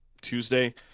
Tuesday